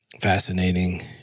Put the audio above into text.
fascinating